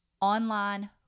online